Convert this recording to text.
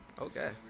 Okay